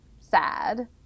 sad